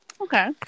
Okay